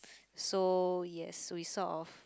so yes we sort of